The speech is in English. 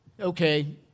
Okay